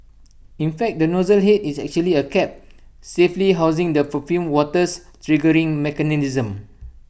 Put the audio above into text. in fact the nozzle Head is actually A cap safely housing the perfumed water's triggering mechanism